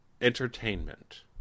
entertainment